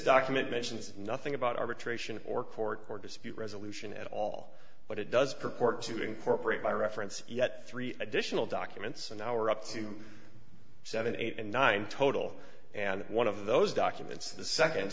document mentions nothing about arbitration or court or dispute resolution at all but it does purport to incorporate by reference yet three additional documents an hour up to seven eight and nine total and one of those documents the second